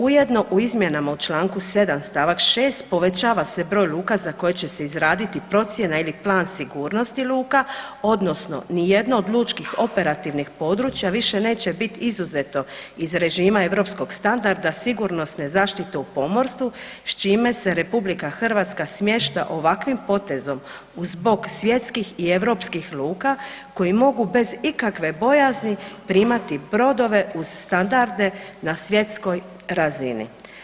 Ujedno, u izmjenama u članku 7. stavak 6. pove ava se broj luka za koje će se izraditi procjena ili plan sigurnosti luka, odnosno ni jedno od lučkih operativnih područja više neće biti izuzeto iz režima Europskog standarda sigurnosne zaštite u pomorstvu, s čime se Republika Hrvatska smješta ovakvim potezom uz bok svjetskih i europskih luka, koji m ogu bez ikakve bojazni primati brodove uz standarde na svjetskoj razini.